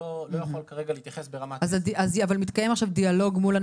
מתקיים דיאלוג?